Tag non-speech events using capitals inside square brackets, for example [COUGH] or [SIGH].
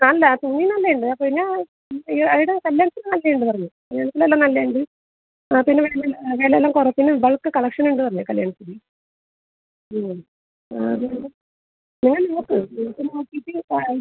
അല്ല തുണി നല്ലതുണ്ട് പിന്നെ അവിടെ കല്ല്യാൺസിൽ നല്ലതുണ്ട് പറഞ്ഞു ഞാൻ എല്ലാം നല്ലതുണ്ട് ആ പിന്നെ വേണമെങ്കിൽ വില എല്ലാം കുറച്ച് ബൾക്ക് കളക്ഷൻ ഉണ്ട് പറഞ്ഞു കല്ല്യാൺസിൽ ഉം പിന്നെ നിങ്ങൾ നോക്ക് [UNINTELLIGIBLE]